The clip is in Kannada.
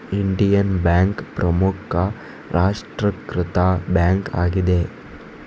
ಇಂಡಿಯನ್ ಬ್ಯಾಂಕ್ ಪ್ರಮುಖ ರಾಷ್ಟ್ರೀಕೃತ ಬ್ಯಾಂಕ್ ಆಗಿದೆ